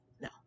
No